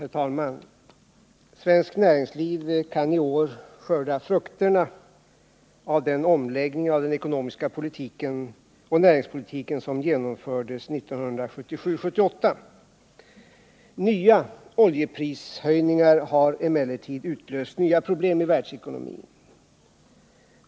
Herr talman! Svenskt näringsliv kan i år skörda frukterna av den omläggning av den ekonomiska politiken och näringspolitiken som genomfördes 1977-1978. Nya oljeprishöjningar har emellertid utlöst nya problem i världsekonomin.